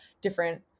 different